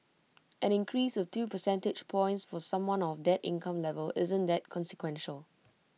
an increase of two percentage points for someone of that income level isn't that consequential